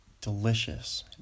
Delicious